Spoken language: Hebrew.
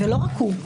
ולא רק הוא,